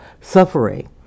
suffering